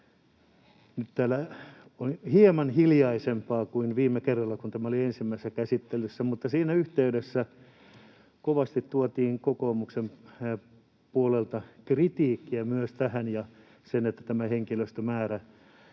täällä on hieman hiljaisempaa kuin viime kerralla, kun tämä oli ensimmäisessä käsittelyssä, mutta siinä yhteydessä kovasti tuotiin myös kokoomuksen puolelta kritiikkiä tähän ja siihen, että tämä henkilöstömäärä,